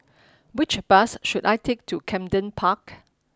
which bus should I take to Camden Park